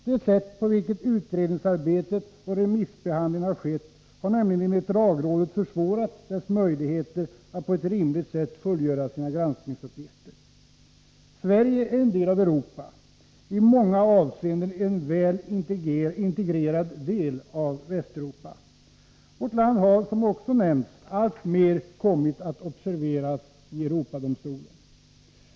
Det sätt på vilket utredningsarbetet och remissbehandlingen har skett har nämligen enligt lagrådet försvårat dess möjligheter att på ett rimligt sätt fullgöra sina granskningsuppgifter. Sverige är en del av Europa, i många avseenden en väl integrerad del av Västeuropa. Vårt land har, som också nämnts, alltmer kommit att observeras i Europadomstolen.